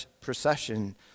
procession